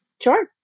Sure